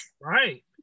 right